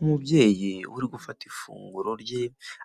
Umubyeyi uri gufata ifunguro rye